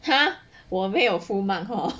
!huh! 我没有 full mark hor